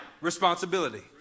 responsibility